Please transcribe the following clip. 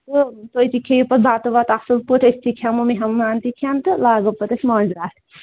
تہٕ تُہۍ تہِ کھیٚیِو پَتہٕ بَتہٕ وَتہٕ اَصٕل پٲٹھۍ أسۍ تہِ کھٮ۪مو مہمان تہِ کھٮ۪ن تہٕ لاگو پَتہٕ أسۍ مٲنٛزِ راتھ